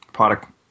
product